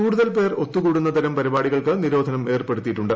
കൂടുതൽ പേർ ഒത്തുകൂടുന്ന തരം പരിപാടികൾക്ക് നിരോധനം ഏർപ്പെടുത്തിയിട്ടുണ്ട്